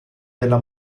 della